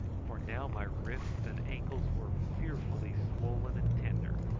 for now my wrists and ankles were fearfully swollen and tender,